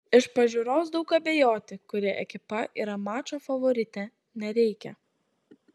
iš pažiūros daug abejoti kuri ekipa yra mačo favoritė nereikia